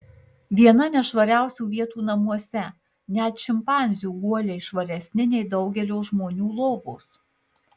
viena nešvariausių vietų namuose net šimpanzių guoliai švaresni nei daugelio žmonių lovos